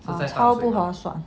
超不划算